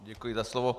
Děkuji za slovo.